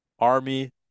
Army